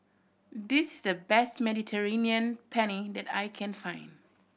this is the best Mediterranean Penne that I can find